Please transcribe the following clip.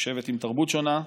הוא שבט עם תרבות שונה.